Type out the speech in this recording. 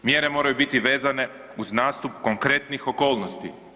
Mjere moraju biti vezane uz nastup konkretnih okolnosti.